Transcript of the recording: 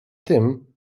tym